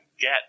get